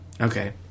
Okay